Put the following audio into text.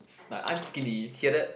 s~ I'm skinny hear it